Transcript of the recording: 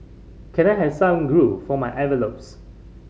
can I have some glue for my envelopes